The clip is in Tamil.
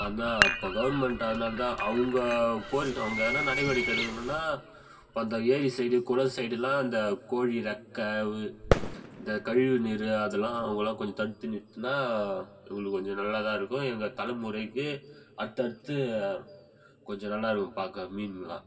இப்போ அதுதான் இப்போ கவர்மெண்ட் அதனால்தான் அவங்க கோரிக்கை அவங்க எதனால் நடவடிக்கை எடுக்கணுனால் இப்போ அந்த ஏரி சைடு குளம் சைடெல்லாம் அந்த கோழி ரெக்கை இது இந்த கழிவு நீர் அதெல்லாம் அவங்கள்லாம் கொஞ்சம் தடுத்து நிறுத்துனால் எங்களுக்கு கொஞ்சம் நல்லா தான் இருக்கும் எங்கள் தலைமுறைக்கு அடுத்து அடுத்து கொஞ்சம் நல்லா இருக்கும் பார்க்க மீனெல்லாம்